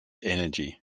energy